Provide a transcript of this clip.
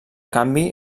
canvi